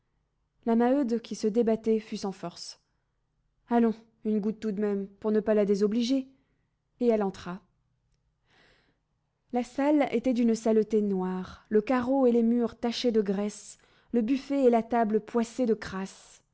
la maheude qui se débattait fut sans force allons une goutte tout de même pour ne pas la désobliger et elle entra la salle était d'une saleté noire le carreau et les murs tachés de graisse le buffet et la table poissés de crasse